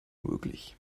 möglich